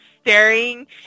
staring